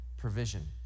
provision